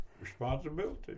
responsibility